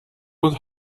und